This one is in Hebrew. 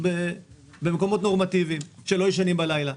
במקומות נורמטיביים שלא ישנים בלילה,